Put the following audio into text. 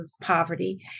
poverty